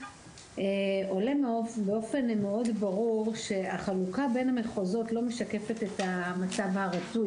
עולה באופן מאוד ברור שהחלוקה בין המחוזות לא משקפת את המצב הרצוי,